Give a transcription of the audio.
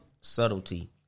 Subtlety